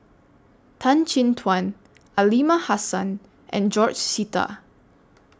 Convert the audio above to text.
Tan Chin Tuan Aliman Hassan and George Sita